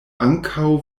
ankaŭ